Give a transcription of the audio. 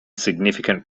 significant